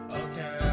okay